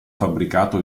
fabbricato